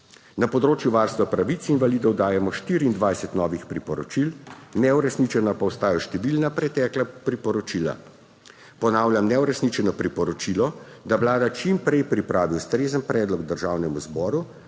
Na področju varstva pravic invalidov dajemo 24 novih priporočil, neuresničena pa ostajajo številna pretekla priporočila. Ponavljam neuresničeno priporočilo, da vlada čim prej pripravi ustrezen predlog državnemu zboru,